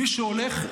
מי שהולך,